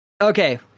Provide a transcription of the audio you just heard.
okay